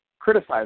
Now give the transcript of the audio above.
criticize